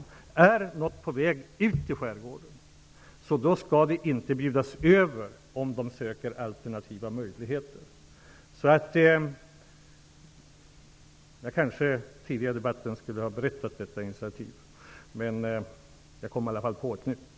Om en verksamhet är på väg ut i skärgården skall det inte bjudas över, om man söker alternativa möjligheter. Jag kanske skulle ha berättat om detta initiativ tidigare i debatten. Jag gör det nu, i alla fall.